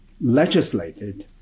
legislated